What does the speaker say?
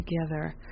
together